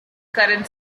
current